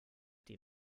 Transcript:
die